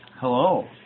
Hello